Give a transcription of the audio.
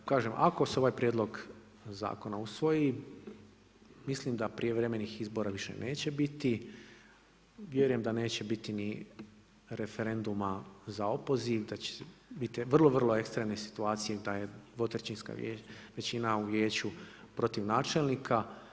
Kažem, ako se ovaj prijedlog zakona usvoji, mislim da prijevremenih izbora više neće biti, vjerujem da neće biti ni referenduma za opoziv, da će biti vrlo, vrlo ekstremne situacije da je 2/3 većina u vijeću protiv načelnika.